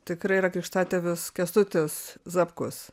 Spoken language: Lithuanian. tikrai yra krikštatėvis kęstutis zapkus